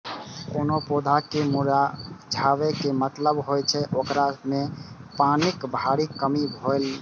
कोनो पौधा के मुरझाबै के मतलब होइ छै, ओकरा मे पानिक भारी कमी भेनाइ